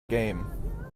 game